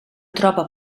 troba